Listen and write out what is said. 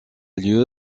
lieu